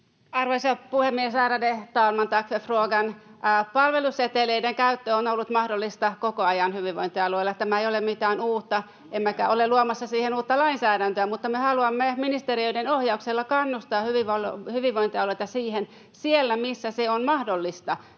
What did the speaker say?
Arvoisa puhemies, ärade talman! Tack för frågan. — Palveluseteleiden käyttö on ollut mahdollista koko ajan hyvinvointialueilla. Tämä ei ole mitään uutta, emmekä ole luomassa siihen uutta lainsäädäntöä, mutta me haluamme ministeriöiden ohjauksella kannustaa hyvinvointialueita siihen siellä, missä se on mahdollista.